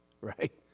right